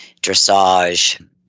dressage